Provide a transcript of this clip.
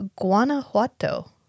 Guanajuato